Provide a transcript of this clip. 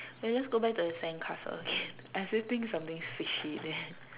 we'll just go back to the sandcastle again I still think something's fishy there